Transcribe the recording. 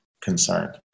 concerned